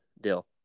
deal